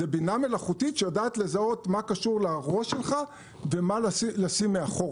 זו בינה מלאכותית שיודעת לזהות מה קשור לראש שלך ומה לשים מאחורה,